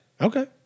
Okay